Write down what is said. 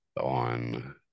on